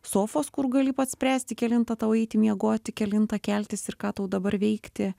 sofos kur gali pats spręsti kelintą tau eiti miegoti kelintą keltis ir ką tau dabar veikti